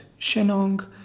Shenong